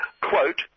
quote